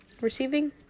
Receiving